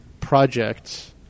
projects